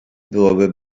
byłoby